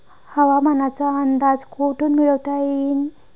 हवामानाचा अंदाज कोठून मिळवता येईन?